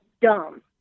dumb